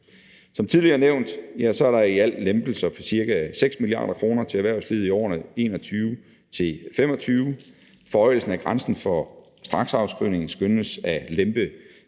Som tidligere nævnt er der i alt lempelser for ca. 6 mia. kr. til erhvervslivet i årene 2021-2025. Forhøjelsen af grænsen for straksafskrivningen skønnes at lempe